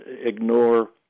ignore